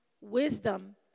wisdom